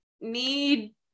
need